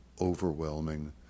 overwhelming